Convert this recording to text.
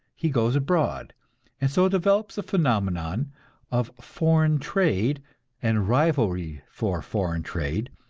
he goes abroad and so develops the phenomenon of foreign trade and rivalry for foreign trade,